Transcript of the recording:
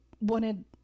wanted